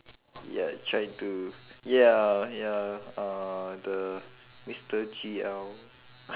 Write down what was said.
ya trying to ya ya uh the mister G L